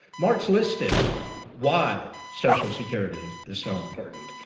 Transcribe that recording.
mort's listed why social security is is so important,